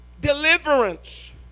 deliverance